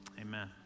amen